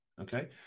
Okay